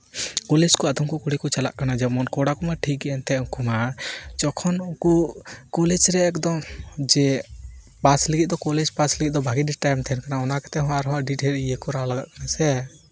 college ᱠᱚ ᱟᱫᱚᱢ ᱠᱚ ᱠᱩᱲᱤ ᱠᱚ ᱪᱟᱞᱟᱜ ᱠᱟᱱᱟ ᱡᱮᱢᱚᱱ ᱠᱚᱲᱟ ᱠᱚᱢᱟ ᱴᱷᱤᱠ ᱜᱮ ᱮᱱᱛᱮᱫ ᱩᱱᱠᱩ ᱢᱟ ᱡᱚᱠᱷᱚᱱ ᱩᱝᱠᱩ ᱠᱚᱞᱮᱡᱽ ᱨᱮ ᱮᱠᱫᱚᱢ ᱡᱮ ᱯᱟᱥ ᱞᱟᱹᱜᱤᱫ ᱫᱚ ᱠᱚᱞᱮᱡᱽ ᱵᱷᱟᱜᱮ ᱛᱟᱦᱮᱱ ᱠᱟᱱᱟ ᱚᱱᱟ ᱠᱟᱛᱮ ᱦᱚᱸ ᱟᱨᱦᱚᱸ ᱟᱹᱰᱤ ᱰᱷᱮᱨ ᱤᱭᱟᱹ ᱠᱚᱨᱟᱣ ᱞᱟᱜᱟᱜ ᱠᱟᱱᱟ ᱥᱮ